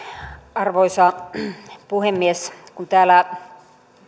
arvoisa puhemies kun täällä